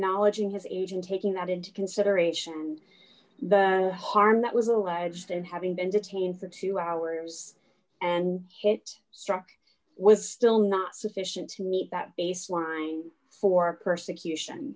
knowledging his age and taking that into consideration the harm that was alleged to having been detained for two hours and his struck was still not sufficient to meet that baseline for persecution